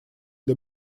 для